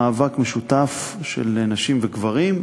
מאבק משותף של נשים וגברים,